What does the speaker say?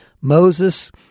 Moses